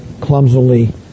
clumsily